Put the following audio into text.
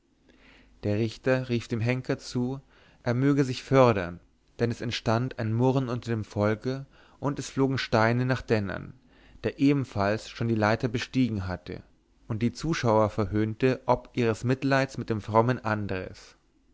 der richter rief dem henker zu er möge sich fördern denn es entstand ein murren unter dem volke und es flogen steine nach dennern der ebenfalls schon die leiter bestiegen hatte und die zuschauer verhöhnte ob ihres mitleids mit dem frommen andres